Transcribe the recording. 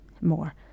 More